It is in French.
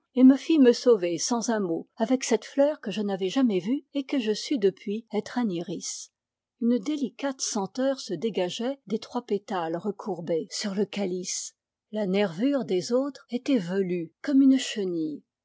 me fit me sauver sans un mot avec cette fleur que je n'avais jamais vue et que je sus depuis être un iris une délicate senteur se dégageait des trois pétales recourbés sur le calice la nervure des autres était velue comme une chenille